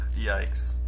Yikes